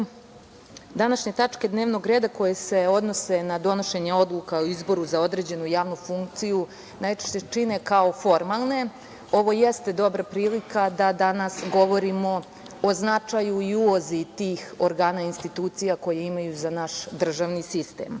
današnje tačke dnevnog reda, koje se odnose na donošenje odluka o izboru za određenu javnu funkciju, najčešće čine kao formalne, ovo jeste dobra prilika da danas govorimo o značaju i ulozi tih organa, institucija koje imaju za naš državni sistem. Danas